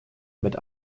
mit